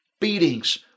beatings